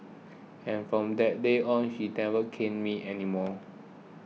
and from that day on she never caned me anymore